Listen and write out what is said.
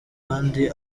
kandi